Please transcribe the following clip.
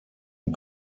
den